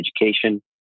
education